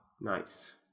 nice